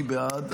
אני בעד.